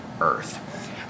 earth